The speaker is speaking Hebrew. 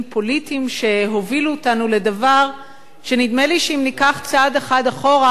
פוליטיים שהובילו אותנו לדבר שנדמה לי שאם ניקח צעד אחד אחורה,